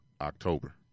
October